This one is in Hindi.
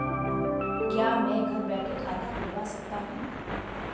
क्या मैं घर बैठे खाता खुलवा सकता हूँ?